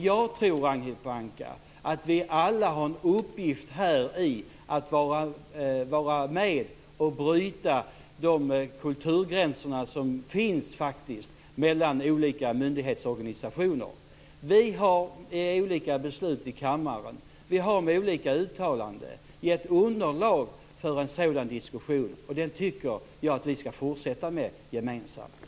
Jag tror, Ragnhild Pohanka, att vi alla har en uppgift i att vara med och bryta de kulturgränser som faktiskt finns mellan olika myndighetsorganisationer. Vi har med olika beslut i kammaren och med olika uttalanden gett underlag för en sådan diskussion, och den tycker jag att vi skall fortsätta gemensamt.